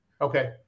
Okay